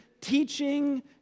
teaching